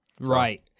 Right